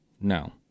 No